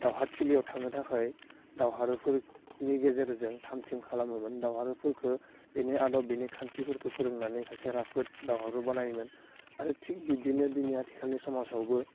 दावहाथिलिआव थांनो थाखाय दावहारुफोरनि गेजेरजों थाम थिम खालामोमोन दावहारुफोरखो बेनि आदब बिनि खान्थिफोरखौ फोरोंनानै सासे राफोद दावहारु बानायोमोन आरो थिग बिबदिनो दिनै आथिखाल समाजावबो